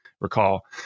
recall